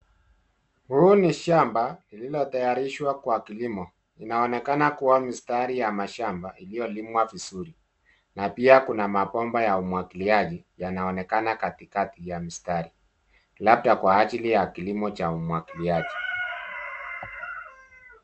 Huu ni shamba lililotayarishwa kwa kilimo. Inaonekana kuwa na mistari ya mashamba iliyolimwa vizuri, na pia kuna mabomba ya umwagiliaji yanayoonekana katikati ya mistari, labda kwa ajili ya kilimo cha umwagiliaji.